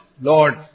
Lord